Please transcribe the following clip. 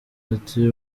ati